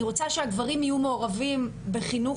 אני רוצה שהגברים יהיו מעורבים בחינוך